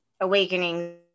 awakening